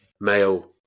male –